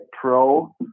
pro